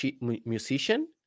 musician